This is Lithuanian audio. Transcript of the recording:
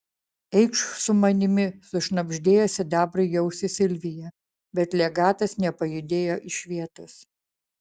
eikš su manimi sušnabždėjo sidabrui į ausį silvija bet legatas nepajudėjo iš vietos